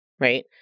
right